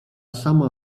sama